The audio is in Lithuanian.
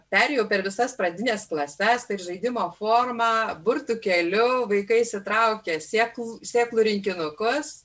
perėjau per visas pradines klases tai žaidimo forma burtų keliu vaikai įsitraukia sėklų sėklų rinkinukus